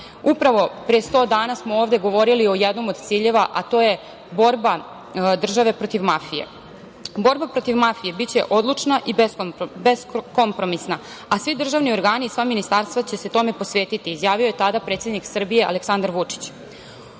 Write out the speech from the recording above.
Upravo pre sto dana smo ovde govorili o jednom od ciljeva, a to je borba države protiv mafije. Borba protiv mafije biće odlučna i beskompromisna, a svi državni organi i sva ministarstva će se tome posvetiti, izjavio je tada predsednik Srbije Aleksandar Vučić.